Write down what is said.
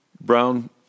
Brown